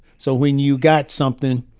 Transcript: so when you got something,